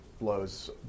blows